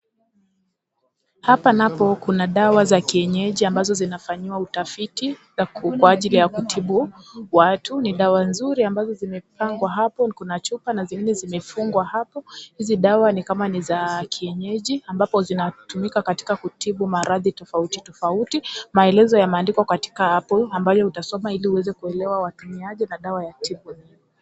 Hapa Napo kuna dawa za kienyeji ambazo zinafanyiwa utafiti Kwa ajili ya kutibu watu. Ni dawa nzuri ambazo zimepangwa hapo na kuna chupa na zingine zimefungwa hapo. Hizi dawa ni kama za kienyeji ambapo zinatumika katika kutibu umaradhi tofauti tofauti . Maelezo yameandikwa katika hapo ambayo utasoma ili kuelewa matumizi na dawa ya tiba.